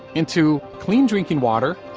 into clean drinking water,